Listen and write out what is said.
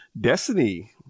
Destiny